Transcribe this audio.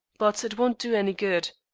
but it won't do any good.